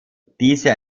dieser